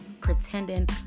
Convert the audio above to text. pretending